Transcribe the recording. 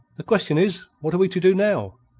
the question is what are we to do now?